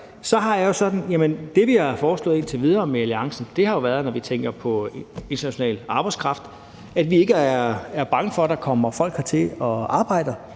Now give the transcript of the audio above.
det, vi har foreslået indtil videre med alliancen, har været, når vi taler om international arbejdskraft, at vi ikke er bange for, at der kommer folk hertil og arbejder.